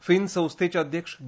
फिन्स संस्थेचे अध्यक्ष डी